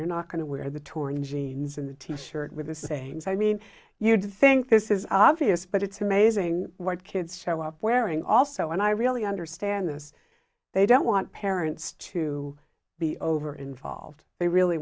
you're not going to wear the turin jeans in the t shirt with the sayings i mean you'd think this is obvious but it's amazing what kids show up wearing also and i really understand this they don't want parents to be over involved they really